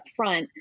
upfront